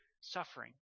suffering